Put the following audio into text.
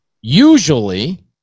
usually